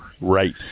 right